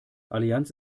allianz